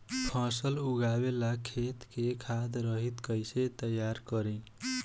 फसल उगवे ला खेत के खाद रहित कैसे तैयार करी?